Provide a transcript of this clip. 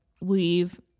leave